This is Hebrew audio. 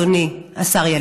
אדוני השר?